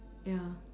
ya